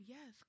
Yes